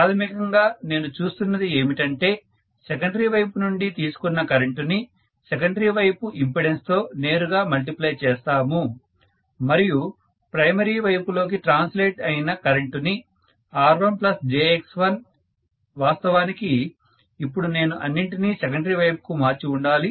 ప్రాథమికంగా నేను చూస్తున్నది ఏమిటంటే సెకండరీ వైపు నుండి తీసుకున్న కరెంటుని సెకండరీ వైపు ఇంపెడెన్స్ తో నేరుగా మల్టిప్లై చేస్తాము మరియు ప్రైమరీ వైపులోకి ట్రాన్సలేట్ అయిన కరెంటునిR1jX1 వాస్తవానికి ఇప్పుడు నేను అన్నింటినీ సెకండరీ వైపుకు మార్చి ఉండాలి